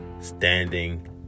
Standing